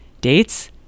Dates